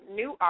new